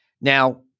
Now